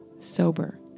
sober